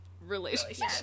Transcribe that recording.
relationship